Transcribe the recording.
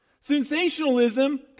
Sensationalism